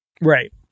Right